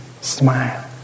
smile